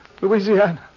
Louisiana